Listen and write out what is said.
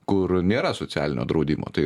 kur nėra socialinio draudimo tai